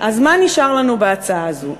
אז מה נשאר לנו בהצעה הזו?